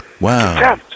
Wow